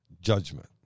judgment